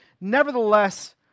Nevertheless